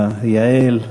ליעל,